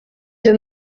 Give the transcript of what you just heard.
deux